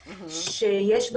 תלונות,